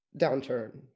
downturn